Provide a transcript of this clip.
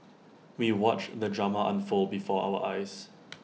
we watched the drama unfold before our eyes